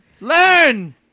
Learn